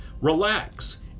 Relax